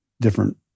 different